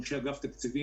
אנשי אגף התקציבים,